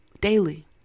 daily